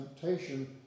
temptation